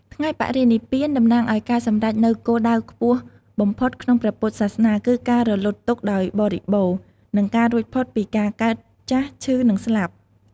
ថ្ងៃបរិនិព្វាន តំណាងឱ្យការសម្រេចនូវគោលដៅខ្ពស់បំផុតក្នុងព្រះពុទ្ធសាសនា គឺការរំលត់ទុក្ខដោយបរិបូណ៌ និងការរួចផុតពីការកើត ចាស់ ឈឺ និងស្លាប់។